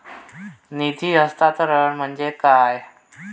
निधी हस्तांतरण म्हणजे काय?